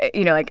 you know, like,